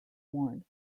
worn